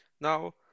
Now